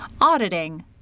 Auditing